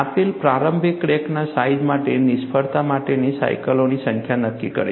આપેલ પ્રારંભિક ક્રેકના સાઈજ માટે નિષ્ફળતા માટેના સાયકલોની સંખ્યા નક્કી કરે છે